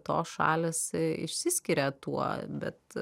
tos šalys išsiskiria tuo bet